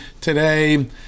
today